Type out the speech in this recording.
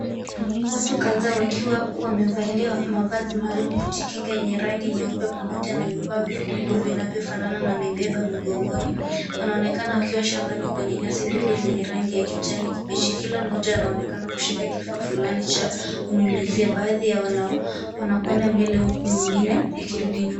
Watu kadhaa wakiwa wamevalia mavazi maalum kujikinga yenye rangi nyeupe pamoja na vifaa vikubwa vinavyofanana na amebeba mgongoni. Wanaonekana wakiwa shambani kwenye nyasi ndefu zenye rangi kijani kibichi. Kila moja anaonekana kushika kifaa fulani cha kunyunyizia. Baadhi yao wanakwenda mbele huku mwingine akirudi nyuma.